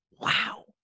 wow